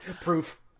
Proof